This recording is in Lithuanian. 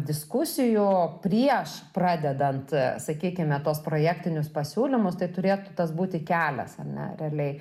diskusijų prieš pradedant sakykime tuos projektinius pasiūlymus tai turėtų tas būti kelias ar ne realiai